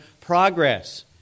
progress